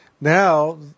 now